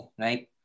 right